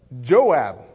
Joab